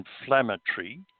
inflammatory